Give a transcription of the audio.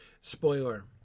Spoiler